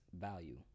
value